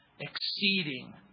Exceeding